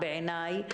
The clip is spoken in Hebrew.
בעיניי,